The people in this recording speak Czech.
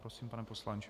Prosím, pane poslanče.